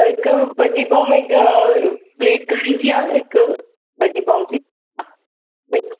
ऐं हिकु भाजी पाव में प्लेट घणे जी आहे हिक भाजी पाव जी हिकु